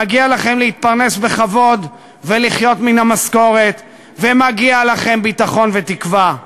מגיע לכם להתפרנס בכבוד ולחיות מן המשכורת ומגיעים לכם ביטחון ותקווה.